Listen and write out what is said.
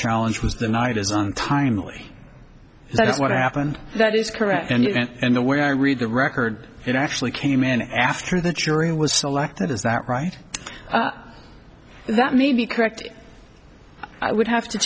challenge was the night as untimely that's what happened that is correct and the way i read the record it actually came in after the jury was selected is that right that may be correct i would have to